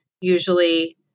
usually